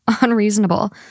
unreasonable